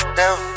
down